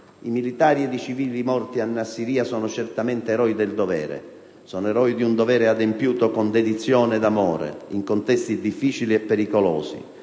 i militari ed i civili morti a Nassiriya sono certamente eroi del dovere, sono eroi di un dovere adempiuto con dedizione ed amore in contesti difficili e pericolosi.